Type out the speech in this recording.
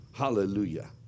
Hallelujah